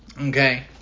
Okay